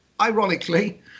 ironically